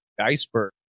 iceberg